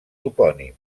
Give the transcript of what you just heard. topònims